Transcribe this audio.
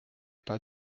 pas